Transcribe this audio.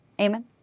Amen